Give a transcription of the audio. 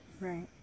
right